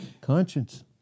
Conscience